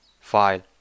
file